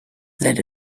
that